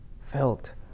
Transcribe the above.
felt